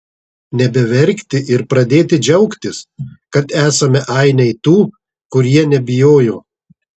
nebeverkti ir pradėti džiaugtis kad esame ainiai tų kurie nebijojo